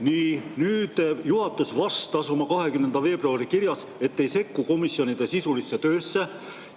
Nii. Juhatus vastas oma 20. veebruari kirjas, et ta ei sekku komisjonide sisulisse töösse